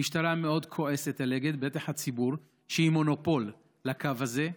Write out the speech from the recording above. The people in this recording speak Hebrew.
המשטרה מאוד כועסת על אגד, שהיא מונופול בקו הזה,